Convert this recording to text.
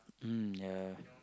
mm ya